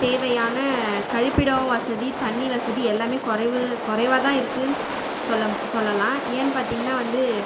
தேவையான கழிப்பிடம் வசதி தண்ணி வசதி எல்லாமே குறைவு குறைவாக தான் இருக்குதுன்னு சொல்ல சொல்லலாம் ஏன் பார்த்திங்கன்னா வந்து